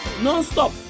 non-stop